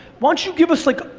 why don't you give us like,